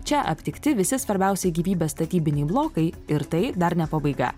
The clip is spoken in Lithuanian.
čia aptikti visi svarbiausiai gyvybės statybiniai blokai ir tai dar ne pabaiga